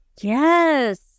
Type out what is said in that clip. Yes